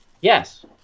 Yes